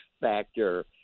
factor